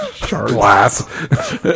glass